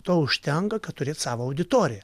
to užtenka kad turėt savo auditoriją